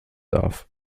darf